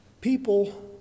people